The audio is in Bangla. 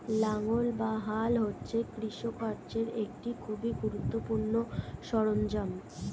লাঙ্গল বা হাল হচ্ছে কৃষিকার্যের একটি খুবই গুরুত্বপূর্ণ সরঞ্জাম